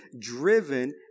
driven